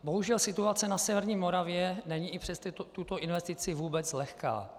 Bohužel situace na severní Moravě není i přes tuto investici vůbec lehká.